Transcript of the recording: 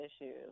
issues